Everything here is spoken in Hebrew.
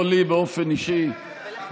לא לי באופן אישי,